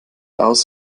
aus